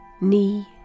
knee